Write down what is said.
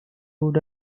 would